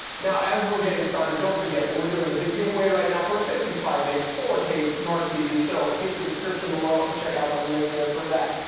now, as we're getting started, don't forget that we're doing a big giveaway right now for a fifty five inch four k smart tv, so hit the description below and check out the link there for that.